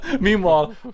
Meanwhile